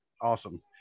awesome